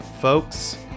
Folks